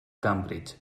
cambridge